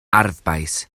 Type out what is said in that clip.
arfbais